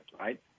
right